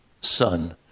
son